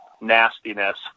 nastiness